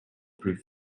proof